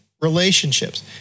relationships